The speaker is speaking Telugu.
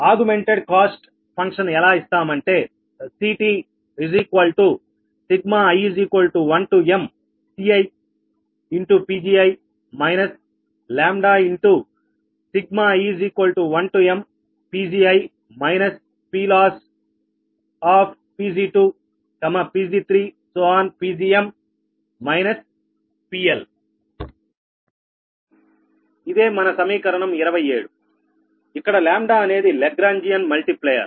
ఆగుమెంట్ఎడ్ కాస్ట్ ఫంక్షన్ ఎలా ఇస్తామంటే ఇదే మన సమీకరణం 27 ఇక్కడ λ అనేది లాగ్రాంజియన్ మల్టీప్లైర్